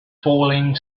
falling